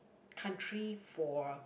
country for